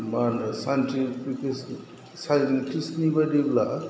मा होनो सानथिफिकेसनि साइनथिसनि बादिब्ला